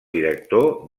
director